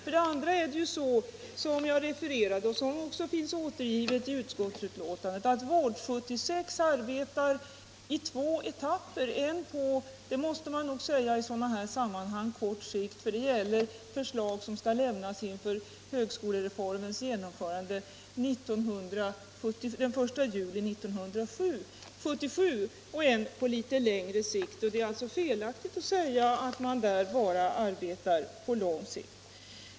Vidare är det så som jag tidigare sade och som även framhålles i betänkandet, att Vård-76 arbetar i två etapper: en på kort sikt — det gäller förslag som avser högskolereformens genomförande den 1 juli 1977 - och en på litet längre sikt. Det är alltså felaktigt att säga att man bara arbetar på lång sikt.